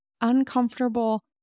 uncomfortable